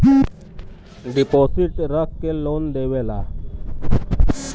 deposit रख के loan देवेला